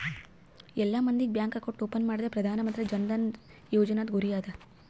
ಎಲ್ಲಾ ಮಂದಿಗ್ bank account open ಮಾಡದೆ ಪ್ರಧಾನ್ ಮಂತ್ರಿ ಜನ್ ಧನ ಯೋಜನಾದು ಗುರಿ ಅದ